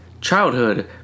childhood